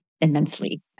immensely